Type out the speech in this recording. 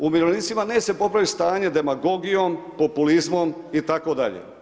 Umirovljenicima neće se popravit stanje demagogijom, populizmom itd.